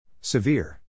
Severe